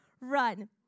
run